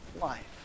life